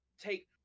take